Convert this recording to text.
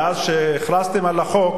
מאז שהכרזתם על החוק,